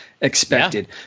expected